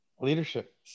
Leadership